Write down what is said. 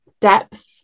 depth